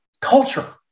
culture